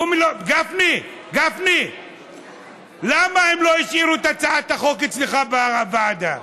גפני, למה הם לא השאירו את הצעת החוק אצלך בוועדה?